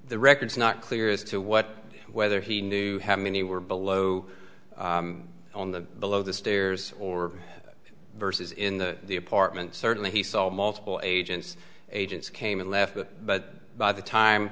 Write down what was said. the records not clear as to what whether he knew how many were below on the below the stairs or versus in the apartment certainly he saw multiple agents agents came and left but by the time